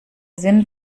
sinn